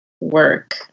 work